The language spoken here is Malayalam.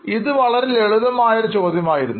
ഇത് വളരെ ലളിതമായ ഒരു ചോദ്യം ആയിരുന്നു